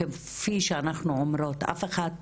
כפי שאנחנו אומרות, אף אחת